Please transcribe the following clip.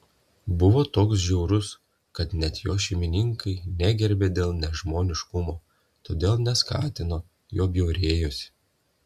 buvo toks žiaurus kad net jo šeimininkai negerbė dėl nežmoniškumo todėl neskatino juo bjaurėjosi